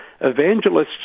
evangelists